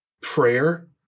prayer